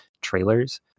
trailers